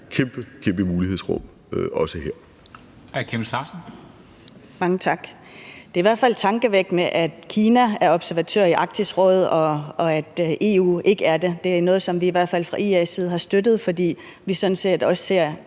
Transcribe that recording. kæmpe mulighedsrum også her.